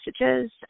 messages